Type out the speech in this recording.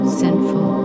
sinful